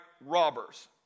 robbers